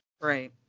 Right